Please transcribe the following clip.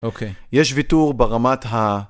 אוקיי. יש ויתור ברמת ה...